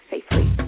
safely